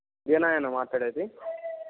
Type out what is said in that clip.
వీణాయేనా మాట్లాడేది